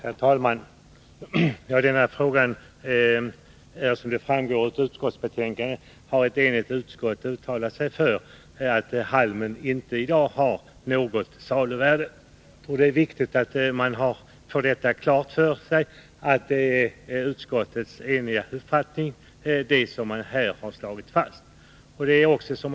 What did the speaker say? Herr talman! I denna fråga har, som framgår av utskottsbetänkandet, ett enigt utskott uttalat att halmen i dag inte har något saluvärde. Det är viktigt att man har det klart för sig att det är ett enigt utskott som står bakom det som slås fast i betänkandet.